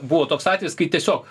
buvo toks atvejis kai tiesiog